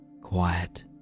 quiet